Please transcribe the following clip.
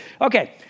Okay